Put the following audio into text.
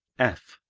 f.